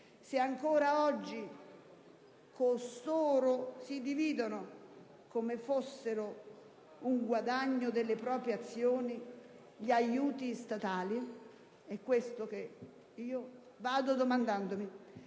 se, ancora oggi, costoro si dividono, come fossero un guadagno delle proprie azioni, gli aiuti statali? È questo che io vado domandandomi.